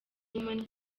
women